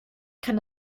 kann